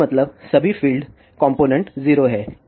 इसका मतलब है कि सभी फील्ड कॉम्पोनेन्ट 0 हैं